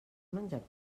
menjat